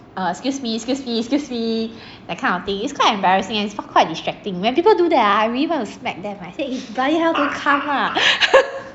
uh excuse me excuse me excuse me that kind of thing is quite embarrassing and also quite distracting when people do there ah I really want to smack them eh I say bloody hell don't come lah